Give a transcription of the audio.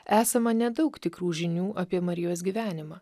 esama nedaug tikrų žinių apie marijos gyvenimą